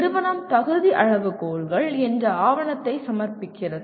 நிறுவனம் தகுதி அளவுகோல்கள் என்ற ஆவணத்தை சமர்ப்பிக்கிறது